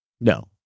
No